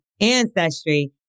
ancestry